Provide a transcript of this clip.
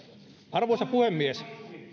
arvoisa puhemies